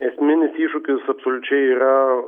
esminis iššūkis absoliučiai yra